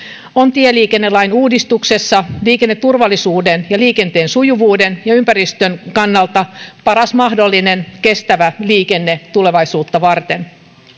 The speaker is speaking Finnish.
tieliikennelain uudistuksessa on liikenneturvallisuuden liikenteen sujuvuuden ja ympäristön kannalta paras mahdollinen kestävä liikenne tulevaisuutta varten